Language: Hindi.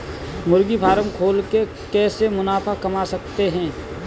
मुर्गी फार्म खोल के कैसे मुनाफा कमा सकते हैं?